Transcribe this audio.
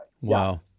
Wow